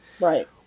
Right